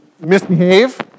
misbehave